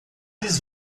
eles